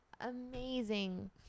Amazing